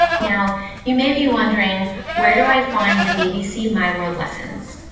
now you may be wondering where do i find the bbc my world lessons?